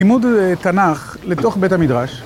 ‫לימוד תנ"ך לתוך בית המדרש.